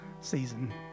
season